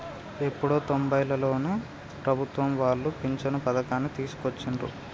ఎప్పుడో తొంబైలలోనే ప్రభుత్వం వాళ్ళు పించను పథకాన్ని తీసుకొచ్చిండ్రు